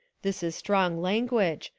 this is strong language,